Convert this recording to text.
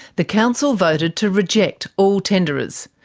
the council voted to reject all tenderers,